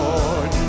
Lord